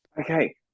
okay